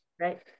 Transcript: Right